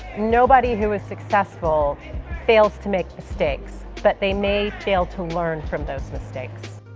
nobody who is successful fails to make mistakes, but they may fail to learn from those mistakes.